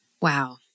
Wow